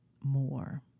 more